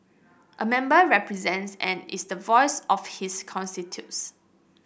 a member represents and is the voice of his constituents